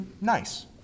nice